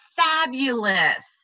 fabulous